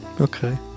Okay